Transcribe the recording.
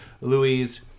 Louise